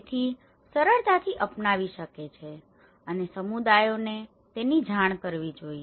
તેથી સરળતાથી અપનાવી શકે છે અને સમુદાયોને તેની જાણ કરવી જોઇએ